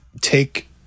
take